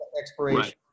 expiration